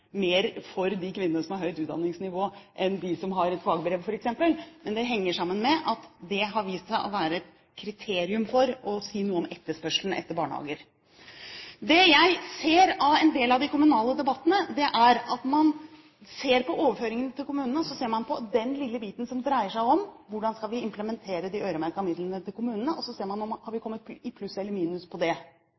mer for de kvinnene som har høyt utdanningsnivå enn de som f.eks. har et fagbrev, men henger sammen med at det har vist seg å være et kriterium for å kunne si noe om etterspørselen etter barnehager. Det jeg ser av en del av de kommunale debattene, er at man ser på overføringene til kommunene. Og så ser man på den lille biten som dreier seg om hvordan man skal implementere kommunenes øremerkede midler, og spør så: Har vi kommet i pluss eller minus her? Man ser ikke på helheten – for det